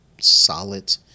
solid